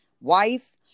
wife